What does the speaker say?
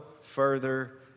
further